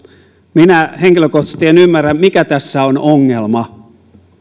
minä henkilökohtaisesti en ymmärrä mikä tässä on ongelma